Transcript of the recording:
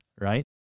right